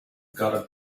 got